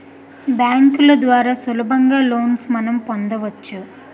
బ్యాంకుల ద్వారా సులభంగా లోన్స్ మనం పొందవచ్చు